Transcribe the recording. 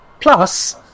Plus